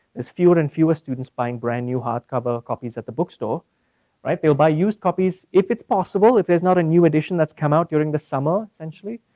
fewer and fewer students buying brand new hard cover copies at the book store right? they will buy used copies. if it's possible, if there's not a new edition that's come out during the summer essentially